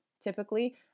typically